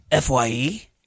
FYE